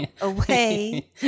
away